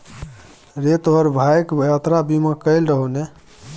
रे तोहर भायक यात्रा बीमा कएल रहौ ने?